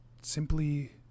simply